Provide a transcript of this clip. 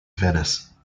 venice